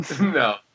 No